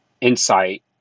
insight